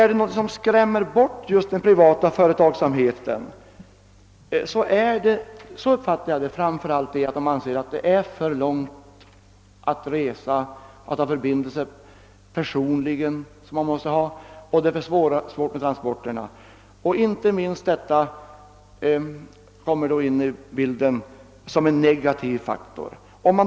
Om det är någonting som skrämmer bort just den privata företagsamheten är det — så uppfattar jag det — framför allt den omständigheten, att man anser att det är för långt att resa och att det blir svårt med transporterna. Inte minst detta kommer 'in i bilden som en negativ faktor.